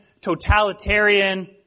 totalitarian